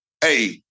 Hey